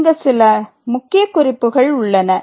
இங்கு சில முக்கிய குறிப்புகள் உள்ளன